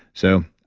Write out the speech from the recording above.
so,